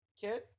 kid